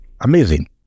Amazing